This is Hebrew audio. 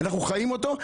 אנחנו חיים אותו,